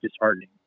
disheartening